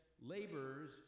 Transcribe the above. laborers